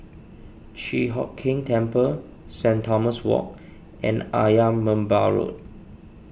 Chi Hock Keng Temple Saint Thomas Walk and Ayer Merbau Road